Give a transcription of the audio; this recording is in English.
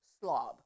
slob